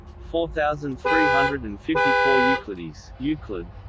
four thousand three hundred and fifty four euclides euclides